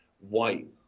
white